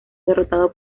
derrotado